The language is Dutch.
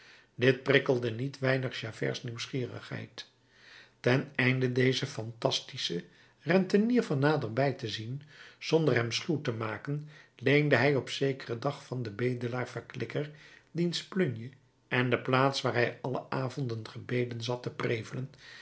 dit prikkelde niet weinig javerts nieuwsgierigheid ten einde dezen fantastischen rentenier van nabij te zien zonder hem schuw te maken leende hij op zekeren dag van den bedelaar verklikker diens plunje en de plaats waar hij alle avonden gebeden zat te prevelen